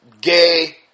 gay